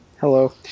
Hello